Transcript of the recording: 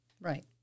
right